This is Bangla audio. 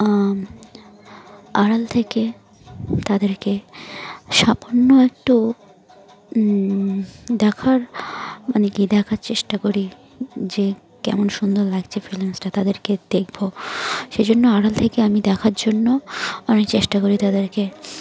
আড়াল থেকে তাদেরকে সামান্য একটু দেখার মানে কি দেখার চেষ্টা করি যে কেমন সুন্দর লাগছে ফিলিংসটা তাদেরকে দেখবো সেই জন্য আড়াল থেকে আমি দেখার জন্য অনেক চেষ্টা করি তাদেরকে